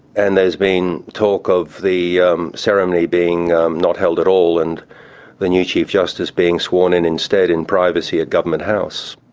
and there's been talk of the ceremony being not held at all and the new chief justice being sworn in instead in privacy at government house.